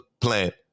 Plant